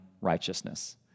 righteousness